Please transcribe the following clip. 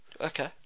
Okay